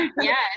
Yes